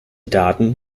daten